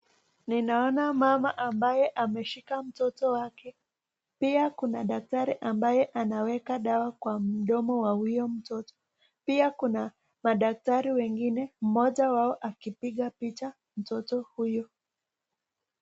Ninaona mama ambaye ameshika mtoto wake. Pia kuna daktari ambaye anaweka dawa kwa mdomo wa huyo mtoto. Pia kuna madaktari wengine, moja wao akipiga picha mtoto huyo.